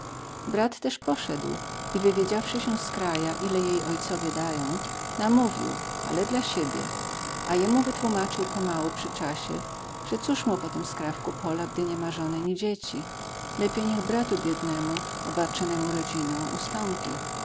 brat też poszedł i wywiedziawszy się z kraja ile jej ojcowie dają namówił ale dla siebie a jemu wytłumaczył pomału przy czasie że cóż mu po tym skrawku pola gdy nie ma żony ni dzieci lepiej niech bratu biednemu obarczonemu rodziną ustąpi